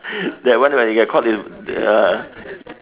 that one where you are caught err